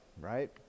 right